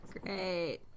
Great